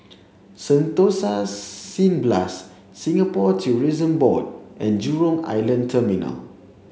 Sentosa Cineblast Singapore Tourism Board and Jurong Island Terminal